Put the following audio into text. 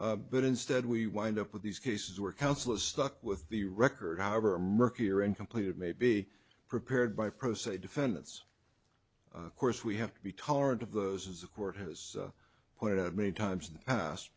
merit but instead we wind up with these cases where counsel is stuck with the record however a murky or incomplete it may be prepared by pro se defendants of course we have to be tolerant of those as the court has pointed out many times in the past